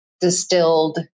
distilled